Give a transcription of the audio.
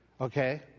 Okay